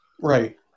Right